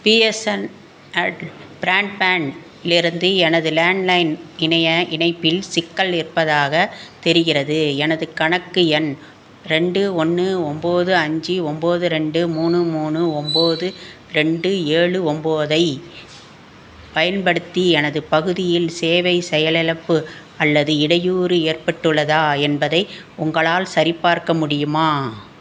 BSNL பிராட்பேண்ட்லிருந்து எனது landline இணைய இணைப்பில் சிக்கல் இருப்பதாகத் தெரிகிறது எனது கணக்கு எண் ரெண்டு ஒன்று ஒம்பது அஞ்சு ஒம்பது ரெண்டு மூணு மூணு ஒம்பது ரெண்டு ஏழு ஒம்பதைப் பயன்படுத்தி எனது பகுதியில் சேவை செயலிழப்பு அல்லது இடையூறு ஏற்பட்டுள்ளதா என்பதை உங்களால் சரிபார்க்க முடியுமா